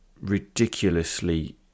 ridiculously